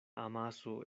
amaso